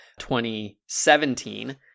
2017